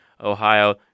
Ohio